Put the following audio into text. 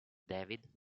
david